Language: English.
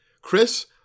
Chris